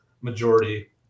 majority